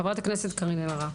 ח"כ קארין אלהרר.